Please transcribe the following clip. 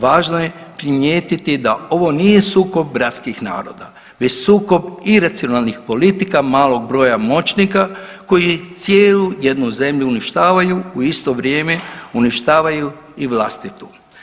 Važno je primijetiti da ovo nije sukob gradskih naroda već sukob iracionalnih politika malog broja moćnika koji cijelu jednu zemlju uništavaju, u isto vrijeme uništavaju i vlastitu.